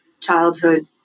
childhood